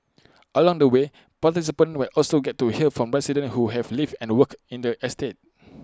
along the way participants will also get to hear from residents who have lived and worked in the estate